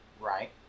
Right